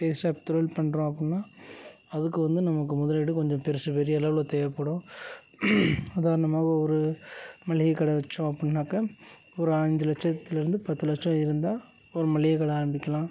பெரிசா தொழில் பண்ணுறோம் அப்படினா அதுக்கு வந்து நமக்கு முதலீடு கொஞ்சம் பெரிசு பெரிய அளவில் தேவைப்படும் உதாரணமாக ஒரு மளிகைக் கடை வைச்சோம் அப்படினாக்கா ஒரு அஞ்சு லட்சத்திலிருந்து பத்து லட்சம் இருந்தால் ஒரு மளிகைக் கடை ஆரம்பிக்கலாம்